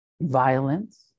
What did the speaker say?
violence